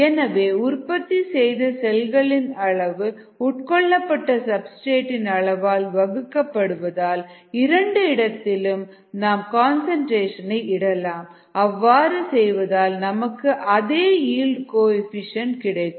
எனவே உற்பத்தி செய்த செல்களின் அளவு உட்கொள்ளப்பட்ட சப்ஸ்டிரேட் இன் அளவால் வகுக்க படுவதில் இரண்டு இடத்திலும் நாம் கன்சன்ட்ரேஷன் ஐ இடலாம் அவ்வாறு செய்வதால் நமக்கு அதே ஈல்டு கோஎஃபீஷியேன்ட் கிடைக்கும்